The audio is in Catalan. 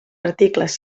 articles